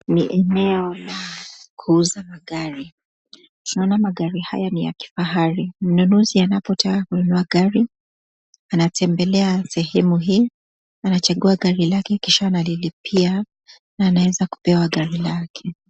Ni eneo la kuuza magari. Naona magari haya ni ya kifahari. Mnunuzi anapotaka kunua gari, anatembelea sehemu hii, anachagua gari lake kisha analilipia na anaeza kupewa gari lake.